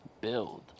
build